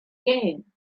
game